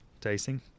tasting